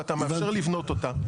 ואת המאפשר לבנות אותה,